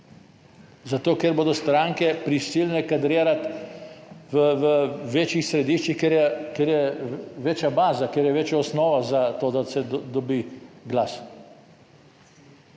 zato, ker bodo stranke prisiljene kadrirati v večjih središčih, ker je, ker je večja baza, ker je večja osnova za to, da se dobi glas.